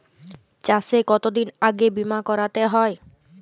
চাষে কতদিন আগে বিমা করাতে হয়?